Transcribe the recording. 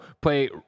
play